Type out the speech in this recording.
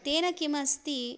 तेन किमस्ति